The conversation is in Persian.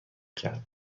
کرد